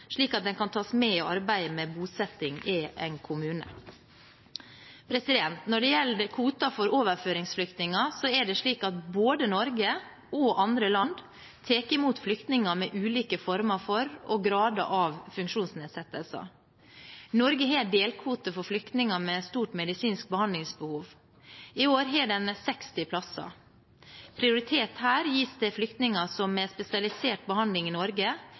slik at den kan tas med i arbeidet med bosetting i en kommune. Når det gjelder kvoten for overføringsflyktninger, er det slik at både Norge og andre land tar imot flyktninger med ulike former for og grader av funksjonsnedsettelser. Norge har en delkvote for flyktninger med et stort medisinsk behandlingsbehov, i år har en 60 plasser. Prioritet her gis til flyktninger som med spesialisert behandling i Norge